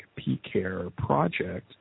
pcareproject